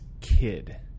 Kid